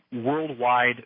worldwide